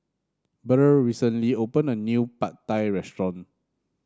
Burr recently open a new Pad Thai restaurant